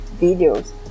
videos